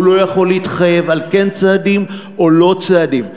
הוא לא יכול להתחייב על כן צעדים או לא צעדים.